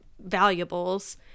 valuables